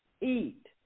eat